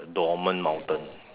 dormant mountain